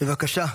בבקשה.